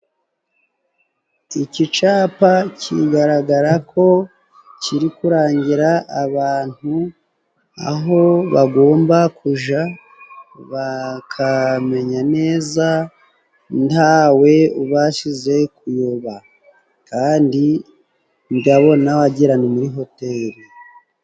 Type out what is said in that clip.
Iki capa kigaragara ko kiri kurangira abantu aho bagomba kuja, bakamenya neza ntawe ubashije kuyoba, kandi ndabona wagira ni muri hoteri.